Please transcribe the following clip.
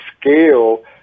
scale